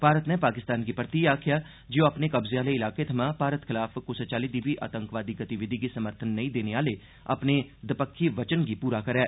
भारत नै पाकिस्तान गी परतियै आक्खेया ऐ जे ओ अपने कब्जे आले ईलाके थमां भारत खलाफ कुसै चाल्ली दी भी आतंकी गतिविधि गी समर्थन नेई देने आहले अपनी दपक्खी वचन गी पक्का करै